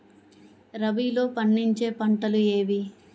రబీలో పండించే పంటలు ఏవి?